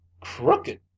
Crooked